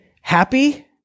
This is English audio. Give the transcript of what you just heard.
happy